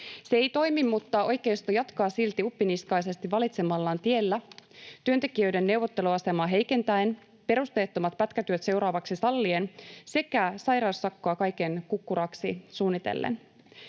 Se ei toimi, mutta oikeisto jatkaa silti uppiniskaisesti valitsemallaan tiellä työntekijöiden neuvotteluasemaa heikentäen, perusteettomat pätkätyöt seuraavaksi sallien sekä sairaussakkoa kaiken kukkuraksi suunnitellen.